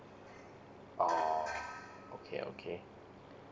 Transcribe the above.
oh okay okay